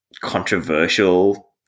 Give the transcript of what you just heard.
controversial